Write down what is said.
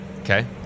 Okay